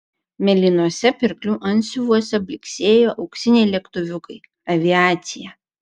mėlynuose pirklių antsiuvuose blyksėjo auksiniai lėktuviukai aviacija